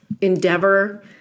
endeavor